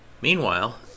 meanwhile